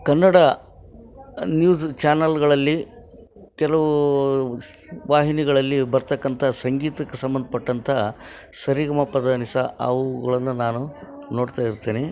Kannada news ಚಾನಲ್ಗಳಲ್ಲಿ ಕೆಲವು ಸ್ ವಾಹಿನಿಗಳಲ್ಲಿ ಬರತಕ್ಕಂಥ ಸಂಗೀತಕ್ಕೆ ಸಂಬಂಧಪಟ್ಟಂಥ ಸರಿಗಮಪದನಿಸ ಅವುಗಳನ್ನು ನಾನು ನೋಡ್ತಾ ಇರ್ತೀನಿ